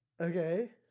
Okay